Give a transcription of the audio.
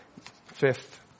fifth